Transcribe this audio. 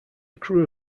crew